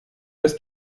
des